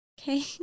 Okay